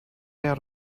out